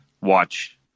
watch